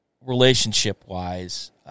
relationship-wise